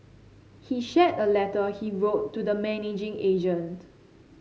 he shared a letter he wrote to the managing agent